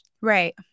Right